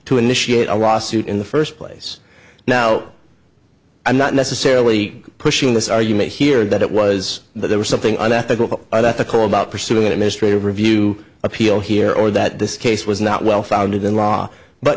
to initiate a lawsuit in the first place now i'm not necessarily pushing this argument here that it was that there was something unethical about the call about pursuing an administrative review appeal here or that this case was not well founded in law but